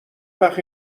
وخت